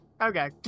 Okay